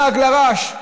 לעג לרש,